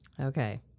Okay